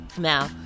now